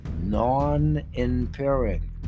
non-impairing